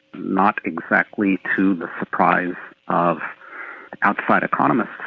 not exactly to the surprise of outside economists,